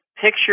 picture